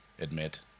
admit